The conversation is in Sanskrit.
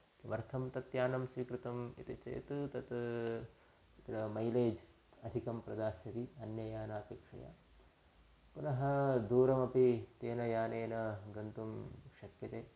किमर्थं तत् यानं स्वीकृतम् इति चेत् तत् तत्र मैलेज् अधिकं प्रदास्यति अन्ययानापेक्षया पुनः दूरमपि तेन यानेन गन्तुं शक्यते